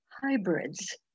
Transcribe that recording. hybrids